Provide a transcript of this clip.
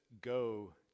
go